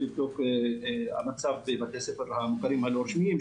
שווה לבדוק את המצב בבתי הספר המוכרים הלא רשמיים,